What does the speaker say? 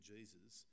Jesus